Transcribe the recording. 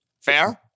Fair